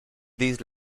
these